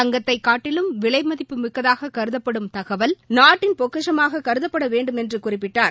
தங்கத்தைக் காட்டிலும் விலைதிப்பு மிக்கதாகக் கருதப்படும் தகவல் நாட்டின் பொக்கிஷமாகக் கருதப்படவேண்டும் என்றுகுறிப்பிட்டார்